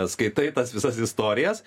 skaitai tas visas istorijas